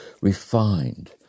refined